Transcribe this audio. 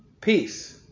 Peace